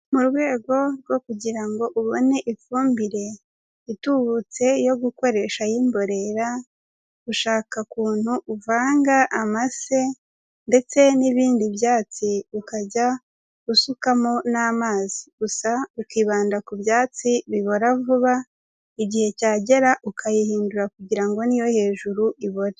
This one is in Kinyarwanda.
Mu rwego rwo kugira ngo ubone ifumbire itubutse yo gukoresha y'imborera gushaka ukuntu uvanga amase ndetse n'ibindi byatsi ukajya usukamo n'amazi, gusa ukibanda ku byatsi bibora vuba igihe cyagera ukayihindura kugira ngo n'iyo hejuru ibonere.